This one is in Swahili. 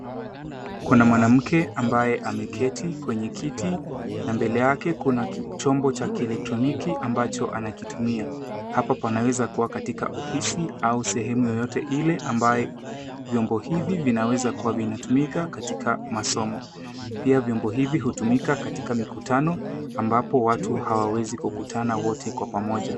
Kuna mwanamke ambaye ameketi kwenye kiti, na mbele yake kuna kifaa cha kielektroniki ambacho anakitumia. Hapa panaweza kuwa ofisini au sehemu yoyote ile ambapo vifaa hivi vinaweza kutumika katika masomo. Pia vifaa hivi hutumika katika mikutano ambapo watu hawawezi kukutana ana kwa ana.